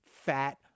fat